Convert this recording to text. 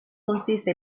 consiste